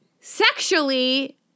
sexually